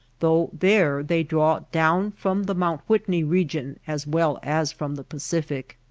though there they draw down from the mount whitney re gion as well as from the pacific.